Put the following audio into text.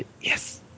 yes